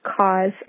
cause